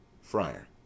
Friar